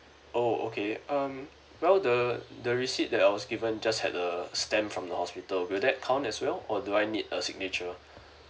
oh okay um well the the receipt that I was given just had a stamp from the hospital will that count as well or do I need a signature